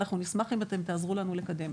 ואנחנו נשמח אם אתם תעזרו לנו לקדם.